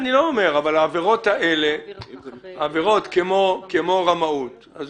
אבל עבירות כמו רמאות למשל